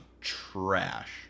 trash